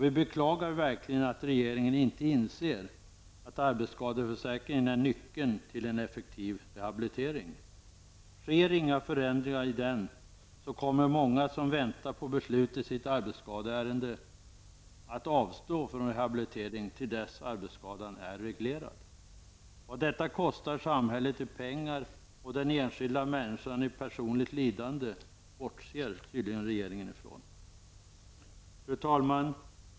Vi beklagar verkligen att regeringen inte inser att arbetsskadeförsäkringen är nyckeln till en effektiv rehabilitering. Sker inga förändringar i den, kommer många som väntar på beslut i sitt arbetsskadeärende att avstå från rehabilitering till dess arbetsskadan är reglerad. Vad detta kostar samhället i pengar och den enskilda människan i personligt lidande bortser regeringen tydligen från. Fru talman!